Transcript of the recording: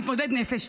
מתמודד נפש,